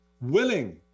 willing